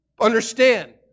understand